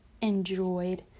enjoyed